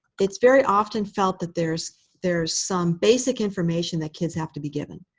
it's very often felt that there's there's some basic information that kids have to be given.